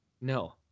No